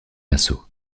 nassau